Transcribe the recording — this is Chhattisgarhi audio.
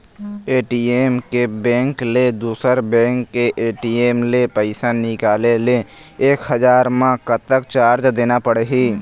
ए.टी.एम के बैंक ले दुसर बैंक के ए.टी.एम ले पैसा निकाले ले एक हजार मा कतक चार्ज देना पड़ही?